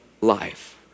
life